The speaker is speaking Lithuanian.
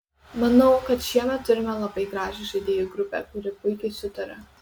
manau kad šiemet turime labai gražią žaidėjų grupę kuri puikiai sutaria